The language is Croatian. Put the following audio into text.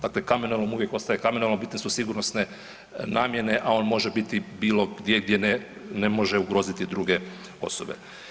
Dakle, kamenolom uvijek ostaje kamenolom bitne su sigurnosne namjene, a on može biti bilo gdje, gdje ne može ugroziti druge osobe.